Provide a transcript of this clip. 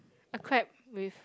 yeah a crab with